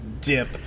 dip